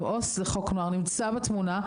אם עו"ס לחוק נוער נמצא בתמונה,